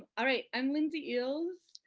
all right, i'm lindsay eales.